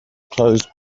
closed